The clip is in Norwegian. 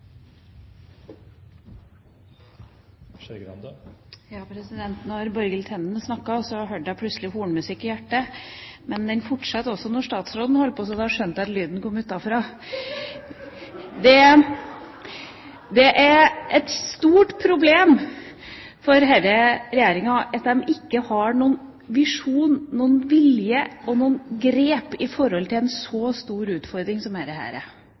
hørte jeg plutselig hornmusikk i hjertet, men den fortsatte også da statsråden holdt på, så da skjønte jeg at lyden kom utenfra. Det er et stort problem for denne regjeringen at den ikke har noen visjon, noen vilje eller noen grep når det gjelder en så stor utfordring som dette er. Jeg mener at det er